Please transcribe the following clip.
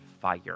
fire